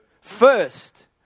First